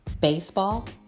Baseball